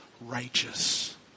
righteous